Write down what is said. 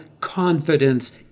confidence